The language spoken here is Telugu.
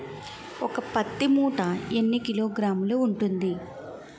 ఒక పత్తి మూట ఎన్ని కిలోగ్రాములు ఉంటుంది?